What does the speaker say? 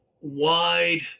wide